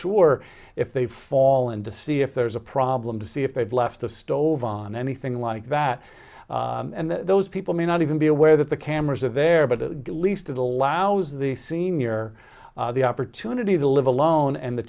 sure if they fall into see if there's a problem to see if they've left the stove on anything like that and those people may not even be aware that the cameras are there but at least it allows the senior the opportunity to live alone and the